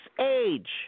age